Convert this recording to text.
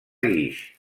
guix